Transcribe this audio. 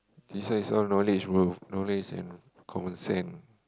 this one is all knowledge bro knowledge and common sense